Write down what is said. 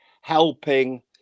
helping